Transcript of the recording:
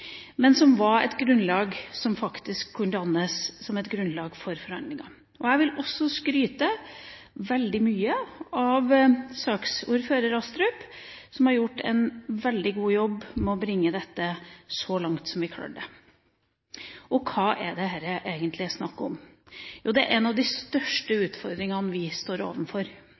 men det var faktisk et grunnlag for forhandlinger. Jeg vil også skryte – veldig mye – av saksordfører Astrup, som har gjort en veldig god jobb med å bringe dette så langt fram som han klarte. Hva er det egentlig snakk om her? Jo, dette er en av de største utfordringene vi står